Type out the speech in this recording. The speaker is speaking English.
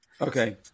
Okay